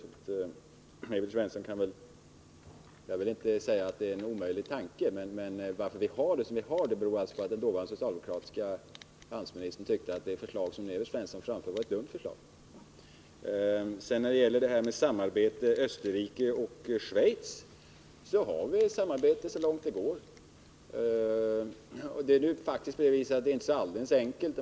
Jag vill inte, Evert Svensson, säga att en parlamentarisk bedömning är en omöjlig tanke, men att vi har det som vi har det beror på att den dåvarande, socialdemokratiske handelsministern tyckte att det förslag som Evert Svensson nu aktualiserar var ett dumt förslag. Beträffande samarbete med Österrike och Schweiz vill jag säga att vi har sådant samarbete så långt det går. Men det är faktiskt inte så alldeles enkelt.